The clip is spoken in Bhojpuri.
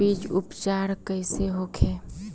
बीज उपचार कइसे होखे?